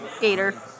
Gator